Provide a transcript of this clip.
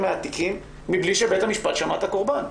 מהתיקים מבלי שבית המשפט שמע את הקורבן.